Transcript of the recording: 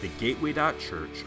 thegateway.church